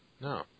No